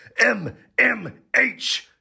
MMH